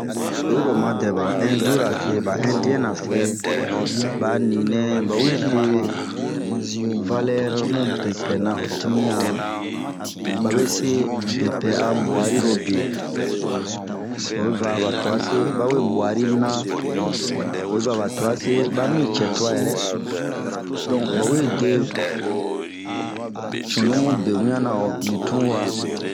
Oyi ro o madɛ ba ɛndu ra se ba ɛndiɛn ra se, ba'a ninɛ ba we de valɛre mun bepɛɛ na ho dimiɲa, babe se bepɛɛ a guariro be. Oyi va ba tuan se ,ba we guari naah, baa mi cɛɛ tuwa yɛrɛ.donkeba we de cunu be ŋian na li tun wa.